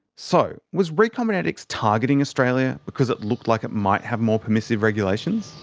so was recombinetics targeting australia because it looked like it might have more permissive regulations?